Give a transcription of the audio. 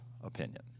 opinion